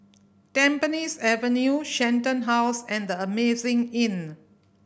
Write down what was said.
Tampines Avenue Shenton House and The Amazing Inn